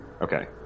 Okay